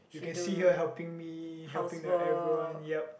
you can see her helping me helping the everyone yup